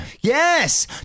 Yes